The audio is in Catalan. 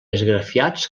esgrafiats